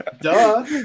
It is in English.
duh